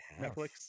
Netflix